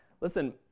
Listen